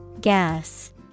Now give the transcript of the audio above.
Gas